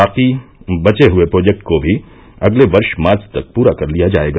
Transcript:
बाकी बचे हये प्रोजेक्ट को भी अगले वर्ष मार्च तक पूरा कर लिया जायेगा